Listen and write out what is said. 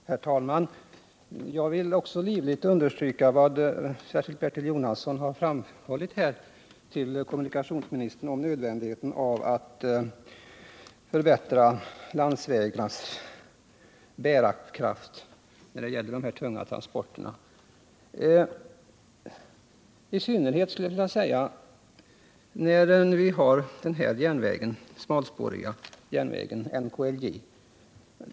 Herr talman! Jag vill också livligt understryka vad särskilt Bertil Jonasson har framhållit till kommunikationsministern om nödvändigheten av att förbättra landsvägarnas bärkraft när det gäller de här tunga transporterna — i synnerhet, skulle jag vilja säga, när vi har den här smalspåriga NKIJ järnvägen.